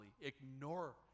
ignore